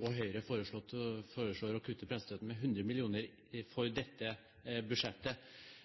og Høyre foreslår å kutte pressestøtten med 100 mill. kr for dette budsjettet.